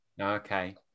Okay